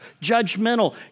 judgmental